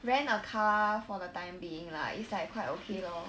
rent a car for the time being lah it's like quite okay lor